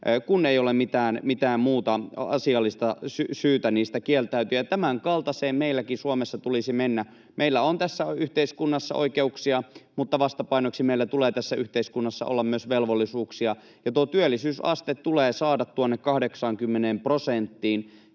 kun ei ole mitään muuta asiallista syytä niistä kieltäytyä, ja tämänkaltaiseen meillä Suomessakin tulisi mennä. Meillä on tässä yhteiskunnassa oikeuksia, mutta vastapainoksi meillä tulee tässä yhteiskunnassa olla myös velvollisuuksia, ja työllisyysaste tulee saada 80 prosenttiin,